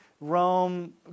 Rome